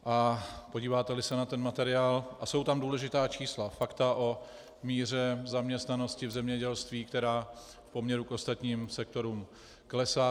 A podíváteli se na ten materiál, jsou tam důležitá čísla, fakta o míře zaměstnanosti v zemědělství, která v poměru k ostatním sektorům klesá.